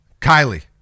Kylie